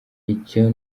icyo